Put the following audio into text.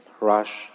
rush